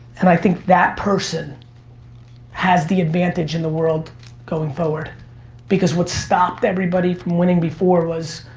and i think that person has the advantage in the world going forward because what's stopped everybody from winning before was